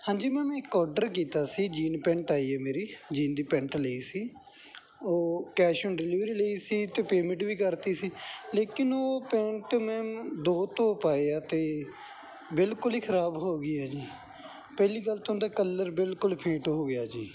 ਹਾਂਜੀ ਮੈਮ ਮੈਂ ਇੱਕ ਆਰਡਰ ਕੀਤਾ ਸੀ ਜੀਨ ਪੈਂਟ ਆਈ ਹੈ ਮੇਰੀ ਜੀਨ ਦੀ ਪੈਂਟ ਲਈ ਸੀ ਉਹ ਕੈਸ਼ ਓਨ ਡਿਲੀਵਰੀ ਲਈ ਸੀ ਅਤੇ ਪੇਮੈਂਟ ਵੀ ਕਰਤੀ ਸੀ ਲੇਕਿਨ ਉਹ ਪੈਂਟ ਮੈਮ ਦੋ ਧੋ ਪਾਏ ਆ ਅਤੇ ਬਿਲਕੁਲ ਹੀ ਖਰਾਬ ਹੋ ਗਈ ਹੈ ਜੀ ਪਹਿਲੀ ਗੱਲ ਤਾਂ ਉਹ ਦਾ ਕਲਰ ਬਿਲਕੁਲ ਫ਼ੇਟ ਹੋ ਗਿਆ ਜੀ